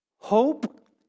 Hope